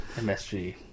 MSG